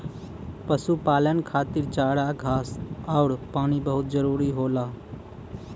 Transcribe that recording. पशुपालन खातिर चारा घास आउर पानी बहुत जरूरी होला